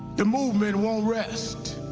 the movement won't rest.